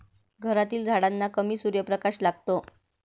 घरातील झाडांना कमी सूर्यप्रकाश लागतो